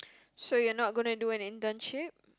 so you're not gonna do an internship